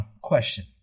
question